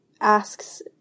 asks